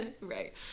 Right